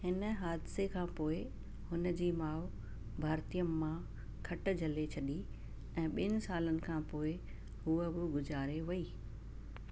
हिन हादसे खां पोइ हुन जी माउ भारतीयाम्मा खट झले छॾी ऐं ॿिनि सालनि खां पोइ हूअ बि गुज़ारे वई